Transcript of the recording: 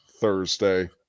Thursday